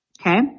Okay